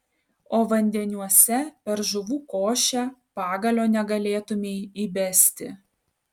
o vandeniuose per žuvų košę pagalio negalėtumei įbesti